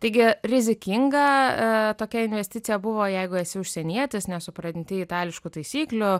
taigi rizikingą tokia investicija buvo jeigu esi užsienietis nesupranti itališkų taisyklių